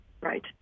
Right